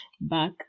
back